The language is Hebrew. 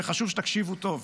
וחשוב שתקשיבו טוב,